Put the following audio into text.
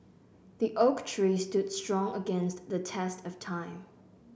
the oak tree stood strong against the test of time